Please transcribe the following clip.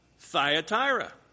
Thyatira